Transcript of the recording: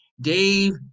Dave